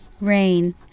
rain